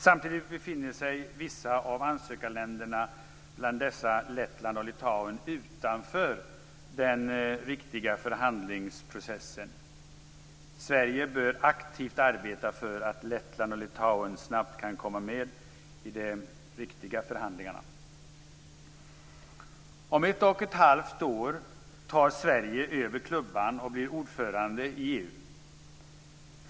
Samtidigt befinner sig vissa av ansökarländerna, bl.a. Lettland och Litauen, utanför den riktiga förhandlingsprocessen. Sverige bör aktivt arbeta för att Lettland och Litauen snabbt kan komma med i de riktiga förhandlingarna. Om ett och ett halvt år tar Sverige över klubban och blir ordförande i EU.